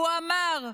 והוא אמר: